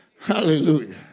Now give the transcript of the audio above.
Hallelujah